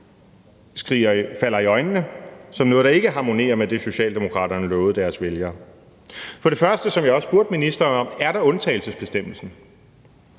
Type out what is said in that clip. falder i øjnene som noget, der ikke harmonerer med det, Socialdemokraterne lovede sine vælgere. Først er der, som jeg også spurgte ministeren om, undtagelsesbestemmelsen.